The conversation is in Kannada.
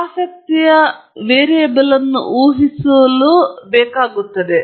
ಆಸಕ್ತಿಯ ವೇರಿಯಬಲ್ ಅನ್ನು ಊಹಿಸಲು ಹೆಚ್ಚು